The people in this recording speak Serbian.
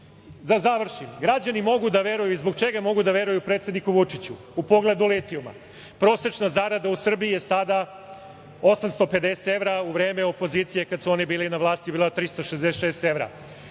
završim, građani mogu da veruju i zbog čega mogu da veruju predsedniku Vučiću u pogledu litijuma, prosečna zarada u Srbiji je sada 850 evra. U vreme opozicije kada su oni bili na vlasti je bila 366 evra.